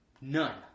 none